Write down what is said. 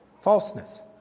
Falseness